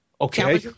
Okay